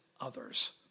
others